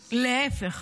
להפך,